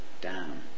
down